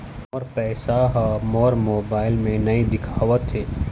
मोर पैसा ह मोर मोबाइल में नाई दिखावथे